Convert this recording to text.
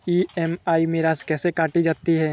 EMI में राशि कैसे काटी जाती है?